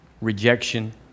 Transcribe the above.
rejection